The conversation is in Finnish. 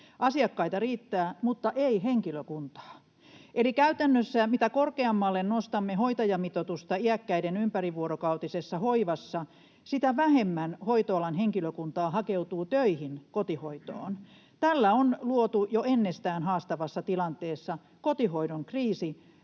Asiakkaita riittää, mutta ei henkilökuntaa. Eli käytännössä mitä korkeammalle nostamme hoitajamitoitusta iäkkäiden ympärivuorokautisessa hoivassa, sitä vähemmän hoitoalan henkilökuntaa hakeutuu töihin kotihoitoon. Tällä on luotu jo ennestään haastavassa tilanteessa kotihoidon kriisi,